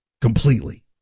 Completely